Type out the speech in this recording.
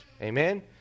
Amen